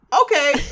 Okay